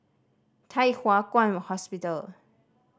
Thye Hua Kwan Hospital